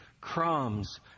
crumbs